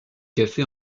cafés